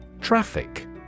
Traffic